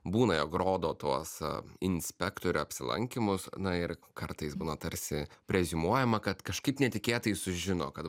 būna jeigu rodo tuos inspektorę apsilankymus na ir kartais būna tarsi preziumuojama kad kažkaip netikėtai sužino kad